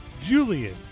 Julian